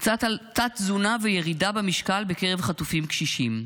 קצת על תת-תזונה וירידה במשקל בקרב חטופים קשישים.